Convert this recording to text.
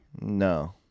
No